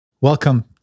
welcome